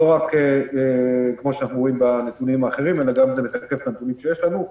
לא רק כמו שאנחנו רואים בנתונים האחרים אלא גם זה לפי הנתונים שיש לנו.